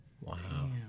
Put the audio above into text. Wow